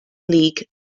league